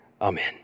Amen